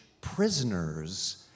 prisoners